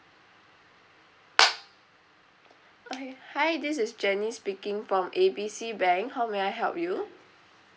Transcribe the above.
okay hi this is jenny speaking from A B C bank how may I help you